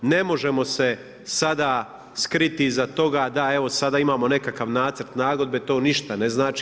Ne možemo se sada skriti iza toga, da evo sada imamo nekakav nacrt nagodbe, to ništa ne znači.